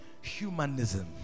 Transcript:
Humanism